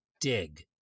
Dig